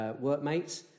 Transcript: workmates